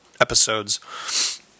episodes